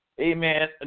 Amen